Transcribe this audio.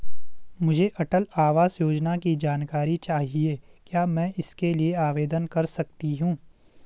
मुझे अटल आवास योजना की जानकारी चाहिए क्या मैं इसके लिए आवेदन कर सकती हूँ?